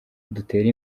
dutera